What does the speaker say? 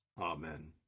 Amen